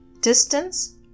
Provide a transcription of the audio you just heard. distance